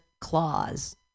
claws